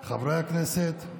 חברי הכנסת,